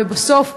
ובסוף,